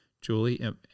Julie